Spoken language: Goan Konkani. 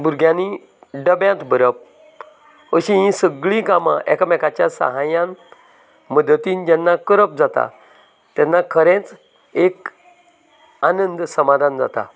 भुरग्यांनी डब्यांत भरप अशी हीं सगळीं कामां एकामेकाच्या साहायान मदतीन जेन्ना करप जाता तेन्ना खरेंच एक आनंद समाधान जाता